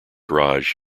raj